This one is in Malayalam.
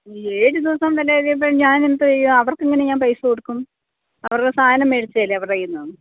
ഏഴ് ദിവസം വരെ അത് ഇപ്പോൾ ഞാൻ എന്താ ചെയ്യുക അവർക്ക് എങ്ങനെ ഞാൻ പൈസ കൊടുക്കും അവരുടെ സാധനം വേടിച്ചതല്ലേ അവരുടെ കയ്യിൽ നിന്ന്